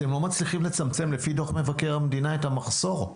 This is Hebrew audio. אתם לא מצליחים לצמצם לפי דוח מבקר המדינה את המחסור.